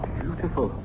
beautiful